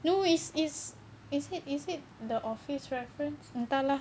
no is is is it is it the office reference entah lah